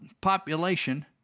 population